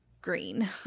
green